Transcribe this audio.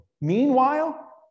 Meanwhile